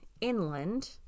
inland